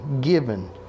given